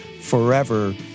forever